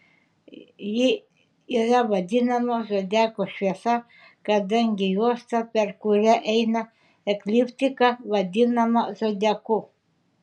ji yra vadinama zodiako šviesa kadangi juosta per kurią eina ekliptika vadinama zodiaku